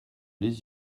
les